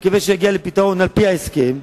על-פי ההסכם הקואליציוני,